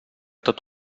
tot